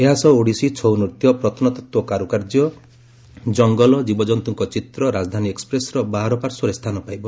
ଏହାସହ ଓଡ଼ିଶୀ ଛଉନୃତ୍ୟ ପ୍ରତ୍ନତଭ୍ୱକାରୁକାର୍ଯ୍ୟ ଜଙ୍ଗଲ ଜୀବଜନ୍ତୁଙ୍କ ଚିତ୍ର ରାଜଧାନୀ ଏକୃପ୍ରେସ୍ର ବାହାର ପାର୍ଶ୍ୱରେ ସ୍ଥାନ ପାଇବ